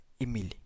emily